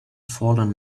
fallen